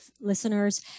listeners